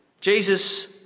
Jesus